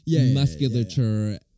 musculature